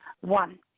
one